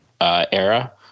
era